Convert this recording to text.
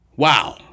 Wow